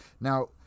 Now